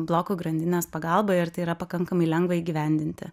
blokų grandinės pagalba ir tai yra pakankamai lengva įgyvendinti